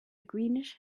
greenish